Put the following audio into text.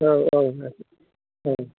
औ औ दे औ